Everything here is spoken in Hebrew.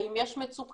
האם יש מצוקה,